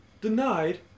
denied